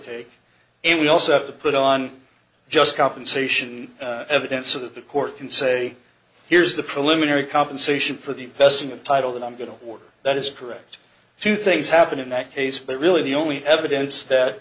take and we also have to put on just compensation evidence of that the court can say here's the preliminary compensation for the vesting of title that i'm going to work that is correct two things happened in that case but really the only evidence that